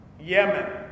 Yemen